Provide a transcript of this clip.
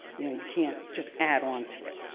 you know, you can't just add on to it.